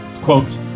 Quote